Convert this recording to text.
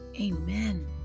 Amen